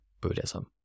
Buddhism